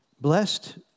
Blessed